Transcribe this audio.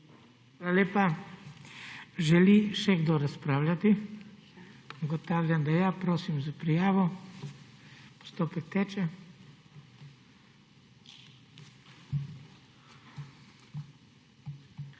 lepa. Želi še kdo razpravljati? Ugotavljam, da ja. Prosim za prijavo. Postopek teče.